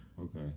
okay